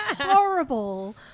horrible